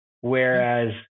Whereas